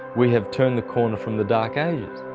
we have turned the corner from the dark and